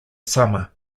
summer